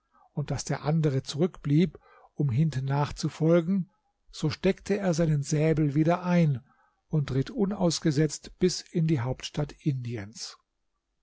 und daß der andere zurückblieb um hintennach zu folgen so steckte er seinen säbel wieder ein und ritt unausgesetzt bis in die hauptstadt indiens